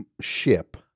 Ship